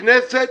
הכנסת